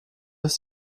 ist